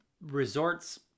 resorts